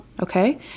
Okay